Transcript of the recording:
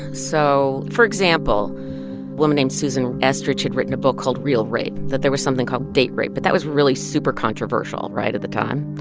so for example, a woman named susan estrich had written a book called real rape that there was something called date rape. but that was really super controversial right? at the time.